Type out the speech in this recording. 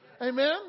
Amen